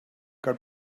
got